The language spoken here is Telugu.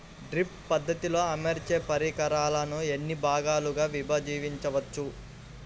డ్రిప్ పద్ధతిలో అమర్చే పరికరాలను ఎన్ని భాగాలుగా విభజించవచ్చు?